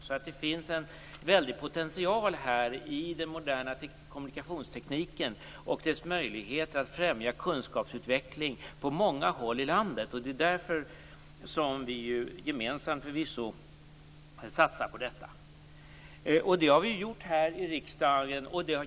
Det finns alltså en väldig potential i den moderna kommunikationstekniken och dess möjligheter att främja kunskapsutveckling på många håll i landet. Det är därför vi gemensamt satsar på detta. Sådana satsningar har vi gjort här i riksdagen.